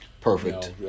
Perfect